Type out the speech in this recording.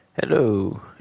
Hello